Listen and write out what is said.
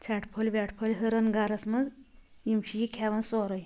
ژھیٚٹہٕ پھٔلۍ ویٚٹہٕ پھٔلۍ ہُرن گھرس منٛز یِم چھِ یہِ کھیٚوان سورٕے